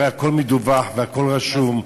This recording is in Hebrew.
הרי הכול מדווח והכול רשום,